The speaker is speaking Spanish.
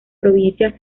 provincia